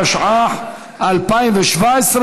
התשע"ח 2017,